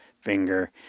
finger